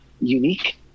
unique